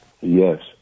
Yes